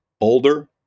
Older